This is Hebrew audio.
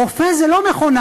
רופא זה לא מכונה.